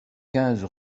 quinze